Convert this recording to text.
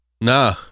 nah